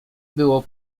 było